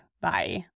Bye